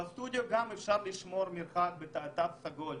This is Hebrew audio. בסטודיו גם אפשר לשמור מרחק בתו סגול.